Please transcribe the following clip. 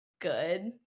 good